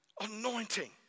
anointing